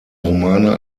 romane